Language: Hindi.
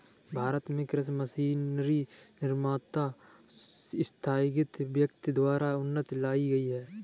भारत में कृषि मशीनरी निर्माता स्थगित व्यक्ति द्वारा उन्नति लाई गई है